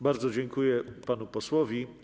Bardzo dziękuję panu posłowi.